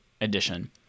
Edition